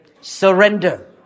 Surrender